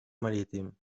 marítim